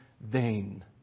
vain